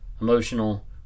emotional